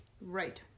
Right